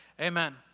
amen